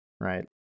right